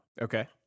Okay